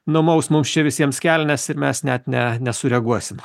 numaus mums čia visiems kelnes ir mes net ne nesureaguosim